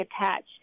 attached